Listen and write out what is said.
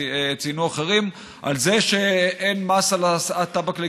וציינו אחרים, שאין מס על הטבק לגלגול,